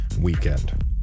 weekend